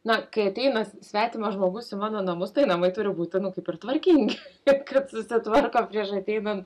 na kai ateina svetimas žmogus į mano namus tai namai turi būti nu kaip ir tvarkingi kaip kad susitvarko prieš ateinant